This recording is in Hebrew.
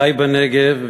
חי בנגב,